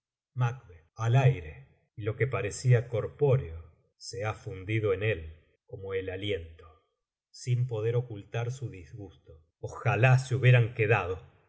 al aire y lo que parecía corpóreo se ha fundido en él como el aliento sin poder ocultar su disgusto oj ala se hubieran quedado